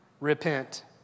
repent